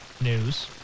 news